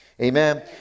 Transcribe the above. Amen